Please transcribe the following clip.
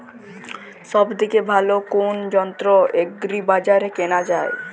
সব থেকে ভালো কোনো যন্ত্র এগ্রি বাজারে কেনা যায়?